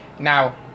now